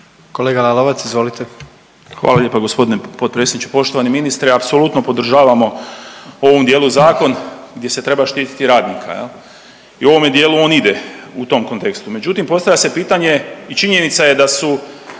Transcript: **Lalovac, Boris (SDP)** Hvala lijepo g. predsjedniče. Poštovani ministre, apsolutno podržavamo u ovom dijelu zakon gdje se treba štititi radnika jel i u ovome dijelu on ide u tom kontekstu, međutim postavlja se pitanje i činjenica je da su